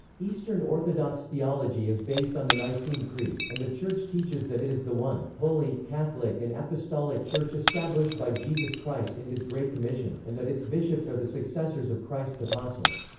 eastern orthodox theology is based on the nicene creed, and the church teaches that it is the one, holy, catholic and apostolic church established by jesus christ in his great commission, and that its bishops are the successors of christ's apostles.